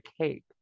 cake